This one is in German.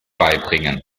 beibringen